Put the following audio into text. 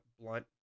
Blunt